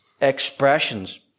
expressions